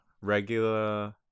regular